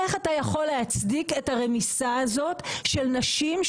איך אתה יכול להצדיק את הרמיסה הזאת של נשים,